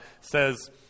says